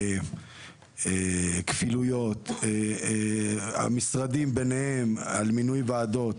יש כפילויות, המשרדים ביניהם, על מינוי ועדות.